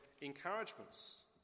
encouragements